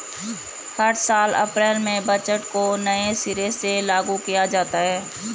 हर साल अप्रैल में बजट को नये सिरे से लागू किया जाता है